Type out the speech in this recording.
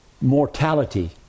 mortality